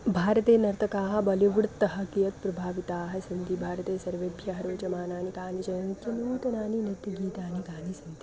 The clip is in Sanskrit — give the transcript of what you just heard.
भारते नर्तकाः बालिवुड्तः कियत् प्रभाविताः सन्ति भारते सर्वेभ्यः रोचमानानि कानिचन नित्यनूतनानि नृत्यगीतानि कानि सन्ति